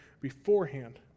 beforehand